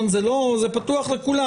זה פתוח לכולם.